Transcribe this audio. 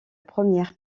première